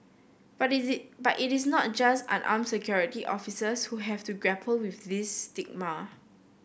but it they but it is not just unarmed security officers who have to grapple with this stigma